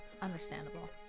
Understandable